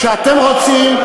כשאתם רוצים,